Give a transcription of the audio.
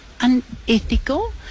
unethical